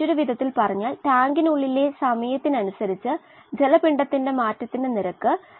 കോശങ്ങൾ ആണ് ഓക്സിജന് എടുക്കുന്നത് എയറേഷന് വഴി ഓക്സിജന് വിതരണം ചെയ്യുന്നു